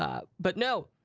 um but no.